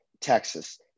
Texas